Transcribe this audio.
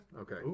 Okay